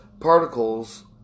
particles